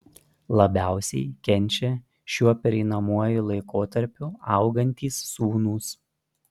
labiausiai kenčia šiuo pereinamuoju laikotarpiu augantys sūnūs